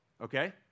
okay